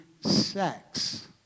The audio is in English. sex